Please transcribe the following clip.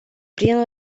prin